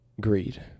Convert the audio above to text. greed